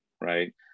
right